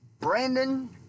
Brandon